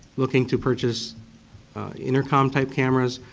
looking to purchase intercom type cameras,